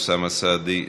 אוסאמה סעדי,